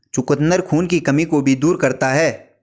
चुकंदर खून की कमी को भी दूर करता है